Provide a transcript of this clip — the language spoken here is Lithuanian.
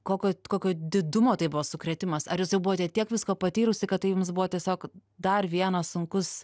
kokio kokio didumo tai buvo sukrėtimas ar jūs jau buvote tiek visko patyrusi kad tai jums buvo tiesiog dar vienas sunkus